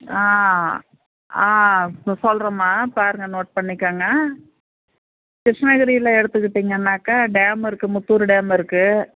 ஆ ஆ சொல்கிறேமா பாருங்க நோட் பண்ணிக்கங்க கிருஷ்ணகிரியில் எடுத்துக்கிட்டீங்கன்னாக்கால் டேம் இருக்குது முத்தூர் டேம் இருக்குது